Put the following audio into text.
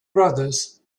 brothers